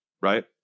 right